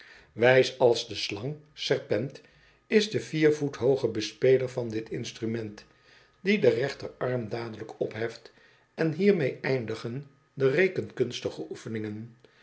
wijs als de stang serpent is de vier voet hooge bespeler van dit instrument die den rechterarm dadelijk opheft en hiermee eindigen de rekenkunstige oefeningen